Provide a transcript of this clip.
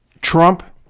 Trump